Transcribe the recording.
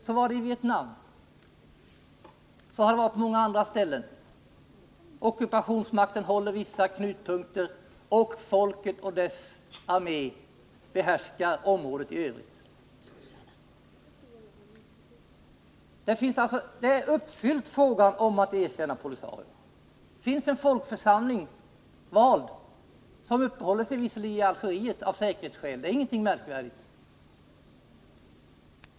Så var det i Vietnam, och så har det varit på många andra ställen. Ockupationsmakten håller vissa knutpunkter och folket och dess armé behärskar området i övrigt. När det gäller att erkänna POLISARIO är kraven uppfyllda. Det har valts en folkförsamling. Visserligen uppehåller den sig av säkerhetsskäl i Algeriet, men det är ingenting märkvärdigt.